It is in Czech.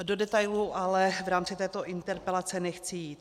Do detailů ale v rámci této interpelace nechci jít.